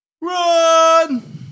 Run